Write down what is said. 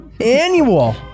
annual